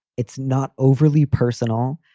it's not overly personal.